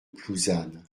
plouzane